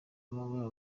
baba